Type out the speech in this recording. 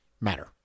matter